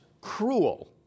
cruel